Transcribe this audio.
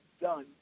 done